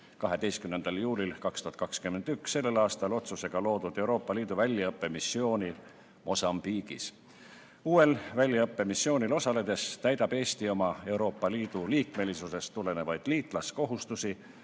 12. juulil 2021. aasta otsusega loodud Euroopa Liidu väljaõppemissiooni Mosambiigis. Uuel väljaõppemissioonil osaledes täidab Eesti oma Euroopa Liidu liikmesusest tulenevaid liitlaskohustusi,